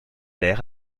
l’air